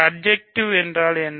surjective என்றால் என்ன